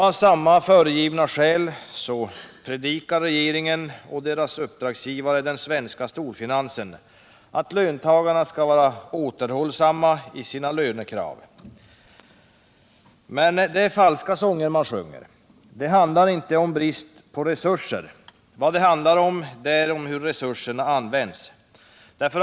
Av samma föregivna skäl predikar regeringen och dess uppdragsgivare, den svenska storfinansen, att löntagarna måste vara ”återhållsamma” i sina lönekrav. Men det är falska sånger man sjunger. Det handlar inte om brist på resurser. Det handlar om hur resurserna används.